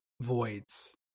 voids